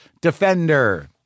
Defender